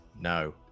No